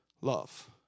love